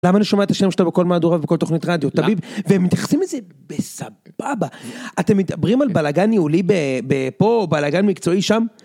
למה אני שומע את השם שלך בכל מהדוריו ובכל תוכנית רדיו, תביא ומתייחסים איזה, בסבבה. אתם מדברים על בלאגן יעולי פה או בלאגן מקצועי שם?